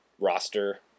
roster